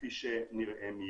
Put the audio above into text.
כפי שנראה מייד.